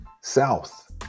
South